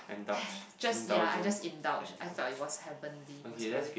just ya I just indulge I felt it was heavenly it was very